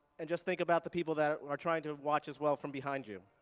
and just think about the people that are are trying to watch as well from behind you.